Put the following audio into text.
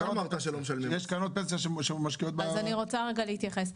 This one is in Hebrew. אז אני רוצה להתייחס.